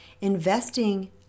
investing